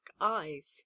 eyes